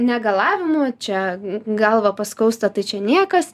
negalavimų čia galvą paskausta tai čia niekas